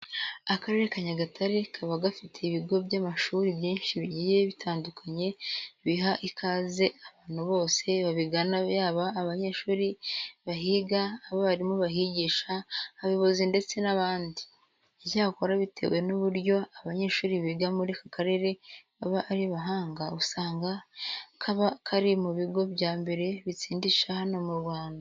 Akarere ka Nyagatare kaba gafite ibigo by'amashuri byinshi bigiye bitandukanye biha ikaze abantu bose babigana yaba abanyeshuri bahiga, abarimu bahigisha, abayobozi ndetse n'abandi. Icyakora bitewe n'uburyo abanyeshuri biga muri aka karere baba ari abahanga, usanga kaba kari mu bigo bya mbere bitsindisha hano mu Rwanda.